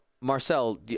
Marcel